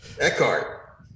Eckhart